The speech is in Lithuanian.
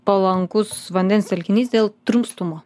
palankus vandens telkinys dėl drumstumo